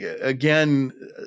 again